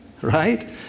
right